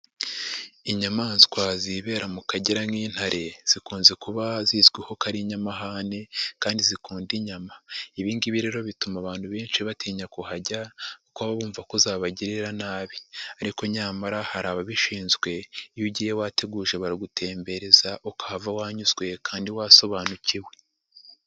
Inyamaswa zibera mu kagera nk'intare zikunze kuba zizwiho ko ari inyamahane kandi zikunda inyama, ibi ngibi rero bituma abantu benshi batinya kuhajya kuko baba bumva ko zabagirira nabi ariko nyamara hari ababishinzwe iyo ugiye wabiteguje baragutembereza ukahava wanyuzwe kandi wasobanukiwe.